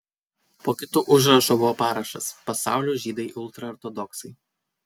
po kitu užrašu buvo parašas pasaulio žydai ultraortodoksai